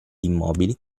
immobili